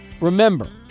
remember